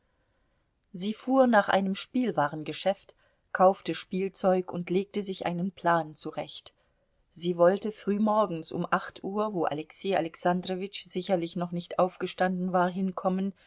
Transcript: sie fuhr nach einem spielwarengeschäft kaufte spielzeug und legte sich einen plan zurecht sie wollte frühmorgens um acht uhr wo alexei alexandrowitsch sicherlich noch nicht aufgestanden war hinkommen